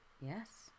Yes